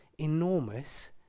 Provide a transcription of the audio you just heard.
enormous